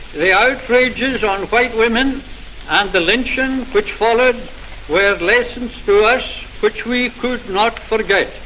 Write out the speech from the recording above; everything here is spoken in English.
the outrages on white women and the lynching which followed were lessons to us which we could not forget.